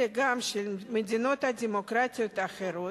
אלא גם של מדינות דמוקרטיות אחרות,